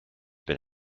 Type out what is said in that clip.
been